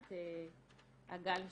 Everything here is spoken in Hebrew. לעמותת הגל שלי.